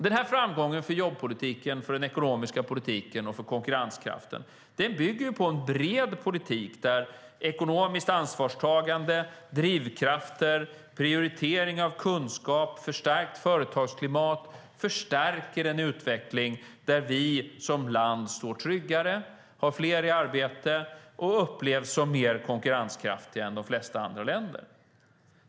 Denna framgång för jobbpolitiken, den ekonomiska politiken och konkurrenskraften bygger på en bred politik där ekonomiskt ansvarstagande, drivkrafter, prioritering av kunskap och förstärkt företagsklimat förstärker en utveckling där vi som land står tryggare, har fler i arbete och upplevs som mer konkurrenskraftiga än de flesta andra länder.